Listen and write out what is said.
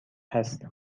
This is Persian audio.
هست